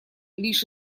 лишь